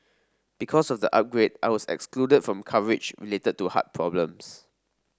because of the upgrade I was excluded from coverage related to heart problems